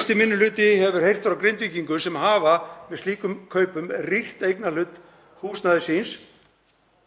1. minni hluti hefur heyrt frá Grindvíkingum sem hafa með slíkum kaupum rýrt eignarhlut húsnæðis síns